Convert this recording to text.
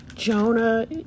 Jonah